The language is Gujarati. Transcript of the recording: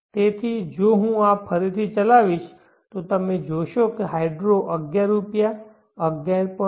તેથી જો હું આ ફરીથી ચલાવીશ તો તમે જોશો કે હાઇડ્રો 11 રૂપિયા 11